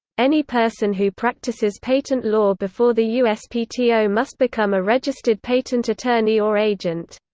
any person who practices patent law before the uspto must become a registered patent attorney or agent.